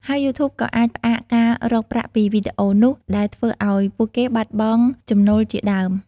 ហើយយូធូបក៏អាចផ្អាកការរកប្រាក់ពីវីដេអូនោះ ដែលធ្វើឲ្យពួកគេបាត់បង់ចំណូលជាដើម។